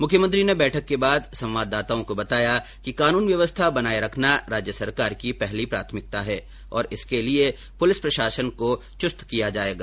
मुख्यमंत्री ने बैठक के बाद संवाददाताओं को बताया कि कानून व्यवस्था बनाये रखना राज्य सरकार की पहली प्राथमिता है और इसके लिए पुलिस प्रशासन को चुस्त किया जाएगा